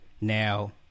now